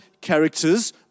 characters